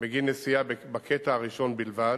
בגין נסיעה בקטע הראשון בלבד,